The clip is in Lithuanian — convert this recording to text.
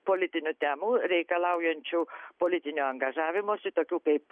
politinių temų reikalaujančių politinio angažavimosi tokių kaip